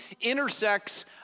intersects